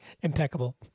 Impeccable